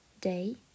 Day